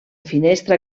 finestra